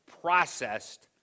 processed